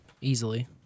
easily